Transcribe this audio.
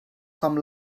com